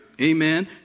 Amen